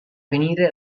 venire